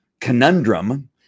conundrum